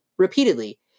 repeatedly